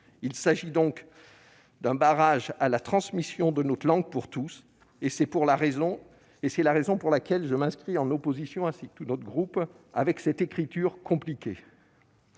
Il s'agit d'un barrage à la transmission de notre langue pour tous, raison pour laquelle je m'inscris en opposition, ainsi que l'ensemble de mon groupe, avec cette écriture compliquée.